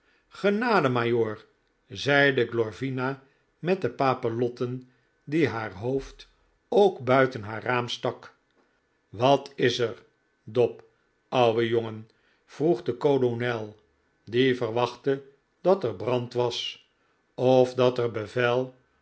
genade majoor zeide glorvina met de papillotten die haar hoofd ook buiten haar raam stak wat is er dob ouwe jongen vroeg de kolonel die verwachtte dat er brand was of dat er bevel